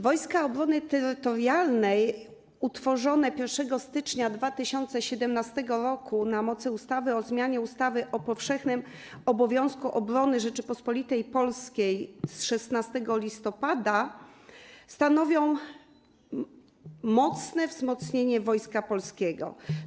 Wojska Obrony Terytorialnej utworzone 1 stycznia 2017 r. na mocy ustawy o zmianie ustawy o powszechnym obowiązku obrony Rzeczypospolitej Polskiej z 16 listopada stanowią znaczne wzmocnienie Wojska Polskiego.